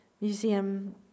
museum